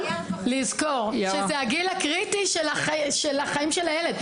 לזכור שזה הגיל הקריטי של החיים של הילד.